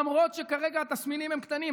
למרות שכרגע התסמינים הם קטנים,